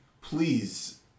Please